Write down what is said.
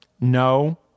no